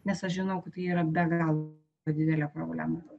nes aš žinau kad tai yra be galo didelė problema